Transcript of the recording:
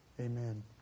Amen